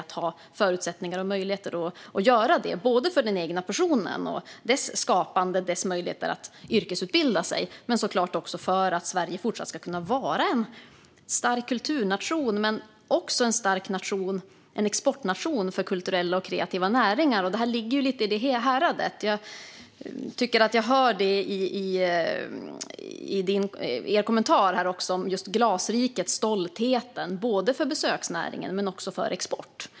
Det är viktigt både för att individen ska kunna skapa och yrkesutbilda sig och för att Sverige ska kunna fortsätta att vara en stark kulturnation och en exportnation för kulturella och kreativa näringar. Detta ligger lite i det häradet. Jag tycker att jag hör det i interpellantens kommentar om Glasriket och stoltheten över såväl besöksnäring som export.